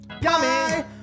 Yummy